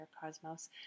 cosmos